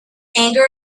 anger